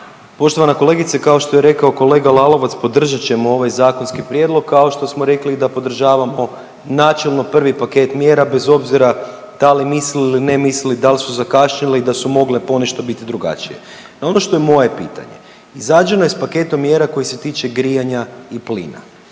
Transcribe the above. Poštovana kolegice kao što je rekao kolega Lalovac podržat ćemo ovaj zakonski prijedlog kao što smo rekli i da podržavamo načelno prvi paket mjera bez obzira da li mislili, ne mislili, da li su zakašnjele i da su mogle ponešto biti drugačije. Ono što je moje pitanje, izrađeno je sa paketom mjera koji se tiče grijanja i plina.